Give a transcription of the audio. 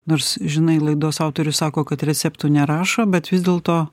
nors žinai laidos autorius sako kad receptų nerašo bet vis dėlto